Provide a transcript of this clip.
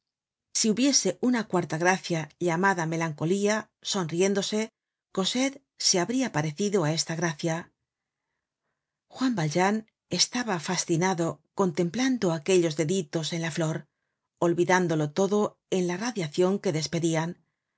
si hubiese una cuarta gracia llamada melancolía sonriéndose cosette se habria parecido á esta gracia juan valjean estaba fascinado contemplando aquellos deditos en la flor olvidándolo todo en la radiacion que despedian un